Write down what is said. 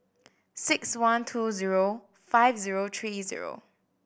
six one two zero five zero three zero